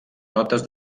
notes